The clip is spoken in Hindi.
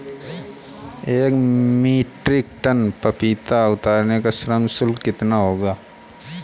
एक मीट्रिक टन पपीता उतारने का श्रम शुल्क कितना होगा?